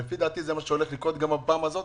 ולפי דעתי זה מה שהולך לקרות גם הפעם הזאת